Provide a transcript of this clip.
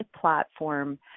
platform